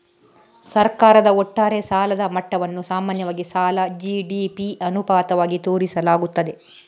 ಸರ್ಕಾರದ ಒಟ್ಟಾರೆ ಸಾಲದ ಮಟ್ಟವನ್ನು ಸಾಮಾನ್ಯವಾಗಿ ಸಾಲ ಜಿ.ಡಿ.ಪಿ ಅನುಪಾತವಾಗಿ ತೋರಿಸಲಾಗುತ್ತದೆ